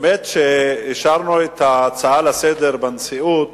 כשאישרנו את ההצעה לסדר-היום בנשיאות